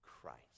Christ